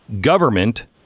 government